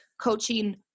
coaching